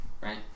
right